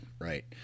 Right